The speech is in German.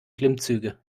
klimmzüge